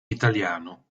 italiano